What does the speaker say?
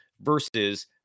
versus